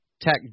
tech